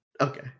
Okay